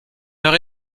heure